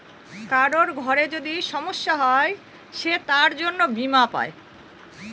কারোর ঘরে যদি সমস্যা হয় সে তার জন্য বীমা পাই